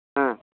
ᱦᱮᱸ